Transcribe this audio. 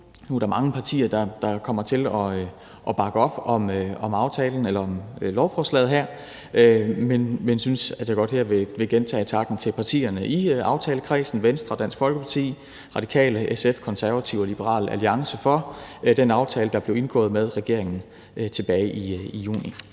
Nu er der mange partier, der kommer til at bakke op om lovforslaget, men jeg synes, at jeg her godt igen vil sige tak til partierne i aftalekredsen, Venstre, Dansk Folkeparti, Radikale, SF, Konservative og Liberal Alliance, for den aftale, der blev indgået med regeringen tilbage i juni.